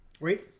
Wait